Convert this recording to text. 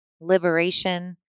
liberation